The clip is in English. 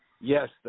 Yes